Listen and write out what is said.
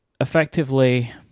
effectively